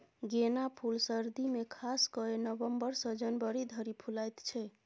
गेना फुल सर्दी मे खास कए नबंबर सँ जनवरी धरि फुलाएत छै